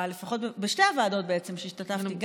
בשתי הישיבות שהשתתפתי,